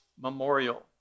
memorial